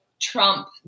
trump